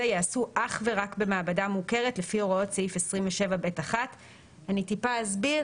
יעשו אך ורק במעמדה מוכרת לפי הוראות סעיף 27ב1. אני אסביר.